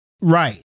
Right